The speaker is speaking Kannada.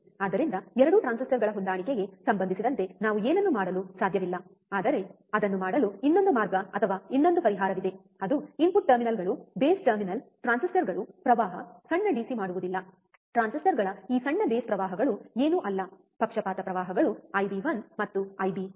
ಆದ್ದರಿಂದ 2 ಟ್ರಾನ್ಸಿಸ್ಟರ್ಗಳ ಹೊಂದಾಣಿಕೆಗೆ ಸಂಬಂಧಿಸಿದಂತೆ ನಾವು ಏನನ್ನೂ ಮಾಡಲು ಸಾಧ್ಯವಿಲ್ಲ ಆದರೆ ಅದನ್ನು ಮಾಡಲು ಇನ್ನೊಂದು ಮಾರ್ಗ ಅಥವಾ ಇನ್ನೊಂದು ಪರಿಹಾರವಿದೆ ಅದು ಇನ್ಪುಟ್ ಟರ್ಮಿನಲ್ಗಳು ಬೇಸ್ ಟರ್ಮಿನಲ್ ಟ್ರಾನ್ಸಿಸ್ಟರ್ಗಳು ಪ್ರವಾಹ ಸಣ್ಣ ಡಿಸಿ ಮಾಡುವುದಿಲ್ಲ ಟ್ರಾನ್ಸಿಸ್ಟರ್ಗಳ ಈ ಸಣ್ಣ ಬೇಸ್ ಪ್ರವಾಹಗಳು ಏನೂ ಅಲ್ಲ ಪಕ್ಷಪಾತ ಪ್ರವಾಹಗಳು ಐಬಿ 1 ಮತ್ತು ಐಬಿ 2